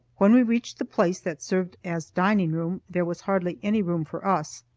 when we reached the place that served as dining room, there was hardly any room for us.